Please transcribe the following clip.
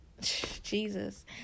Jesus